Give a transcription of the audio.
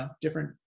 different